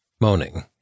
Moaning